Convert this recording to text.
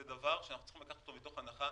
זה דבר שאנחנו צריכים לקחת אותו מתוך הנחה